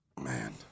Man